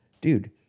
Dude